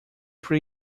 pre